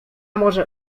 może